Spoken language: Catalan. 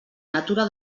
natura